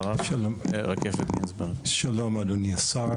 שלום, אדוני השר.